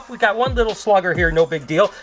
we've got one little slugger here no big deal,